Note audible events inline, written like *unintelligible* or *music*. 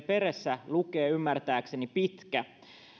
*unintelligible* perässä lukee ymmärtääkseni pitkä